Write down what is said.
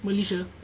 malaysia